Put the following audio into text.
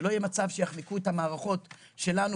שלא יהיה מצב שיחנקו את המערכות שלנו